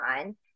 on